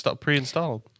pre-installed